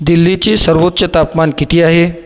दिल्लीचे सर्वोच्च तापमान किती आहे